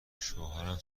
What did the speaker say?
شوهرم